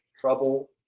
trouble